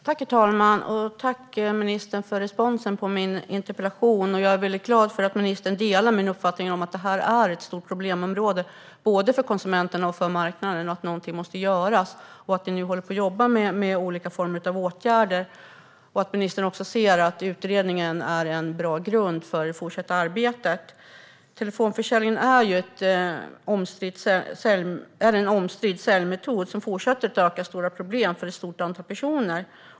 Herr talman! Tack, ministern, för responsen på min interpellation! Jag är glad för att ministern delar min uppfattning att det här är ett stort problem, både för konsumenterna och för marknaden, att något måste göras, att ni nu jobbar med olika former av åtgärder och att ministern ser utredningen som en bra grund för det fortsatta arbetet. Telefonförsäljning är en omstridd säljmetod som fortsätter att orsaka stora problem för ett stort antal personer.